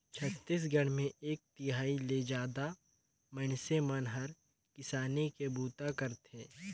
छत्तीसगढ़ मे एक तिहाई ले जादा मइनसे मन हर किसानी के बूता करथे